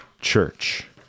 church